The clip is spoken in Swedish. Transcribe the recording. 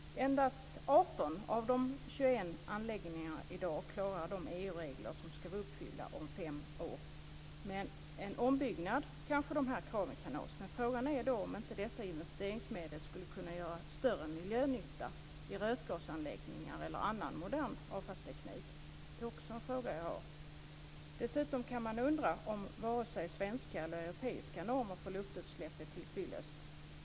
Endast 18 av de 21 anläggningarna klarar i dag de EU-krav som ska vara uppfyllda om fem år. De här kraven kanske klaras genom en ombyggnad, men frågan är om inte investeringsmedlen skulle kunna göra större miljönytta i rökgasanläggningar eller i annan modern avfallsteknik. Också det är en fråga som jag vill ställa. Man kan dessutom undra om vare sig Sveriges eller EU:s normer för luftutsläpp är tillfyllest.